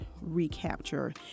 recapture